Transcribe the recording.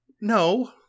No